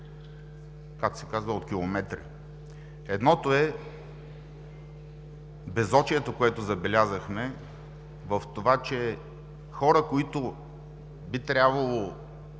както се казва – от километри. Едното е безочието, което забелязахме в това, че хора, които би трябвало